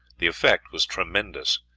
the effect was tremendous,